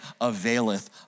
availeth